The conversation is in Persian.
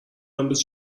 امروز